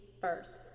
First